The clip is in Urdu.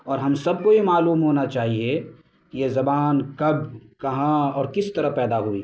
اور ہم سب کو یہ معلوم ہونا چاہیے یہ زبان کب کہاں اور کس طرح پیدا ہوئی